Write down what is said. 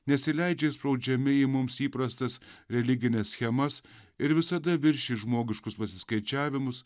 nesileidžia įspraudžiami į mums įprastas religines schemas ir visada viršys žmogiškus pasiskaičiavimus